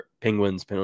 penguins